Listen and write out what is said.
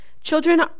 Children